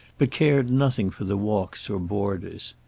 but cared nothing for the walks or borders.